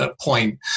point